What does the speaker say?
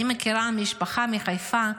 אני מכירה משפחה מחיפה,